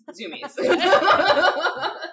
Zoomies